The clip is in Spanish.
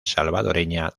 salvadoreña